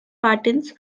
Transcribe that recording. patterns